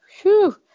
Whew